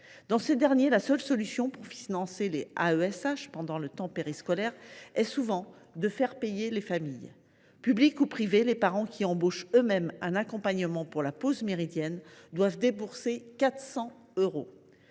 Dans ces derniers, la seule solution pour financer les AESH pendant le temps périscolaire est souvent de faire payer les familles. Que leurs enfants soient dans le public ou dans le privé, les parents qui embauchent eux mêmes un accompagnant pour la pause méridienne doivent débourser 400 euros.